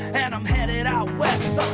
and i'm headed out west,